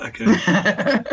Okay